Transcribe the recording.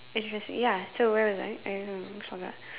exactly ya so where was I I don't know I almost forgot